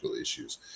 issues